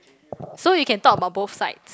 so you can talk about both sides